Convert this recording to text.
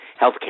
healthcare